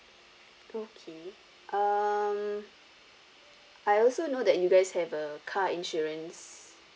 okay um I also know that you guys have a car insurance